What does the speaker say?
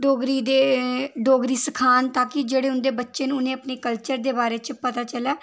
डोगरी दे डोगरी सखान ताकि उं'दे जेह्ड़े बच्चे न उ'नेंई अपने कल्चर दे बारै च पता चलै